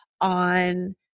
on